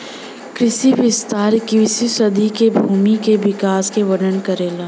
कृषि विस्तार इक्कीसवीं सदी के कृषि भूमि के विकास क वर्णन करेला